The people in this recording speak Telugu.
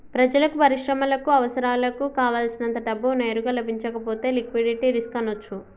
ప్రజలకు, పరిశ్రమలకు అవసరాలకు కావల్సినంత డబ్బు నేరుగా లభించకపోతే లిక్విడిటీ రిస్క్ అనొచ్చు